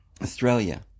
Australia